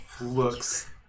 looks